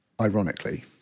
ironically